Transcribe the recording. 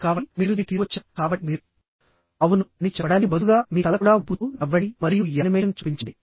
కాబట్టి మీరు దీన్ని తీసుకువచ్చారా కాబట్టి మీరు అవును అని చెప్పడానికి బదులుగా మీ తల కూడా ఊపుతూ నవ్వండి మరియు యానిమేషన్ చూపించండి